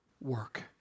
work